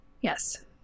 Yes